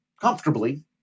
comfortably